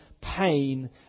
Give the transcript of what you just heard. pain